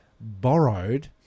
borrowed